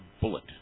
bullet